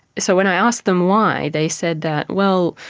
so when i asked them why, they said that, well,